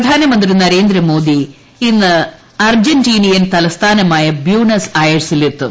പ്രധാനമന്ത്രി നരേന്ദ്രമോദി ഇന്ന് അർജന്റീനിയൻ തലസ്ഥാനമായ ബ്യൂണസ് അയേഴ്സിലെത്തും